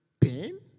Pain